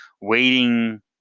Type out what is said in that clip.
waiting